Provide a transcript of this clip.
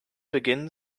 beginnen